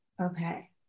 Okay